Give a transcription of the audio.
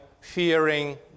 fearing